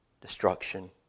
destruction